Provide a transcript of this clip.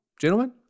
Gentlemen